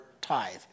tithe